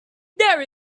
there